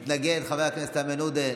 מתנגד, מתנגד חבר הכנסת איימן עודה.